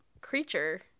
creature